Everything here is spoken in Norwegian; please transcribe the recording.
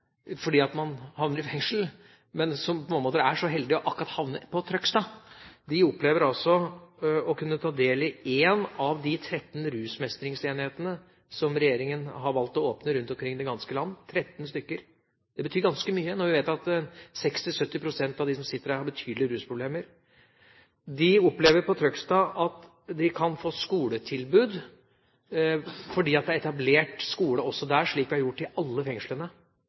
fordi man havner i fengsel, men som på mange måter er så heldige å havne akkurat i Trøgstad fengsel, opplever å kunne ta del i en av de 13 rusmestringsenhetene som regjeringa har valgt å åpne rundt omkring i det ganske land – 13 stykker. Det betyr ganske mye når vi vet at 60–70 pst. av dem som sitter der, har betydelige rusproblemer. De opplever i Trøgstad fengsel at de kan få skoletilbud, fordi det er etablert skole også der, slik vi har gjort det i alle fengslene.